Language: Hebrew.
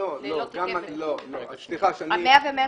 ה-100 וה-180.